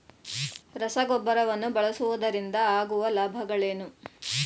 ರಸಗೊಬ್ಬರವನ್ನು ಬಳಸುವುದರಿಂದ ಆಗುವ ಲಾಭಗಳೇನು?